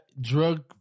drug